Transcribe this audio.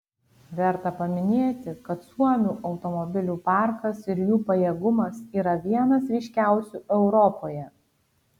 verta paminėti kad suomių automobilių parkas ir jų pajėgumas yra vienas ryškiausių europoje